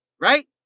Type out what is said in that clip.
right